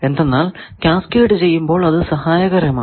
എന്തെന്നാൽ കാസ്കേഡ് ചെയ്യുമ്പോൾ അത് സഹായകരമാണ്